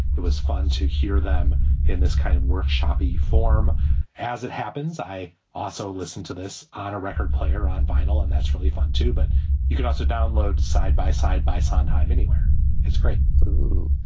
it was fun to hear them in this kind of workshopping form as it happens. i also listen to this on a record player on vinyl and that's really fun too. but you can also download side by side by sondheim anywhere it's great, lou.